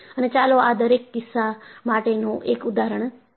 અને ચાલો આ દરેક કિસ્સા માટે નો એક ઉદાહરણ જોઈએ